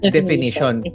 definition